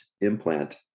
implant